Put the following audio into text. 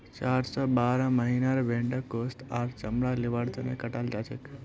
चार स बारह महीनार भेंड़क गोस्त आर चमड़ा लिबार तने कटाल जाछेक